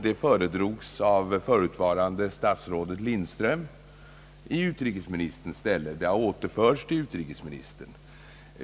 Den föredrogs av förutvarande statsrådet Ulla Lindström i utrikesministerns ställe. Den har nu återförts till utrikesministern.